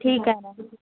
ठीक आहे ना